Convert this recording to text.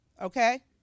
okay